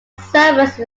service